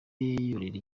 yurira